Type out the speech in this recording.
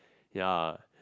ya